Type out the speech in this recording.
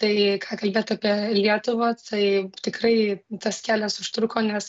tai ką kalbėt apie lietuvą tai tikrai tas kelias užtruko nes